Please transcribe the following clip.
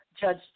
Judge